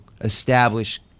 establish